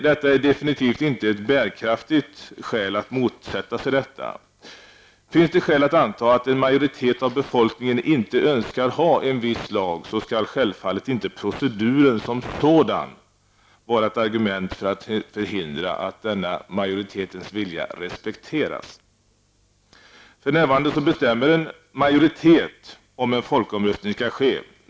Detta är inte ett bärkraftigt skäl för att motsätta sig dem. Finns det skäl att anta att en majoritet av befolkningen inte önskar ha en viss lag, skall självfallet inte proceduren som sådan vara ett argument för att förhindra att denna majoritetens vilja respekteras. För närvarande bestämmer en majoritet om en folkomröstning skall ske.